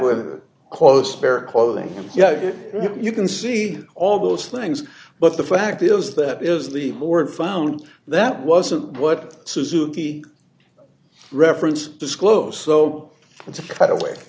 cause spare clothing yeah you can see all those things but the fact is that is the board found that wasn't what suzuki reference disclose so it's kind of w